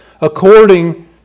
according